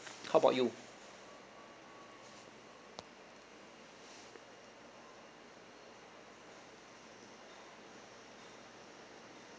how about you